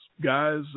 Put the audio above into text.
guys